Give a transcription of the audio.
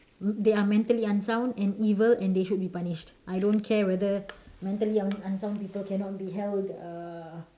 they are mentally unsound and evil and they should be punished I don't care whether mentally unsound people cannot be held uh